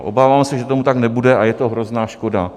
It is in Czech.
Obávám se, že tomu tak nebude, a je to hrozná škoda.